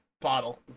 bottle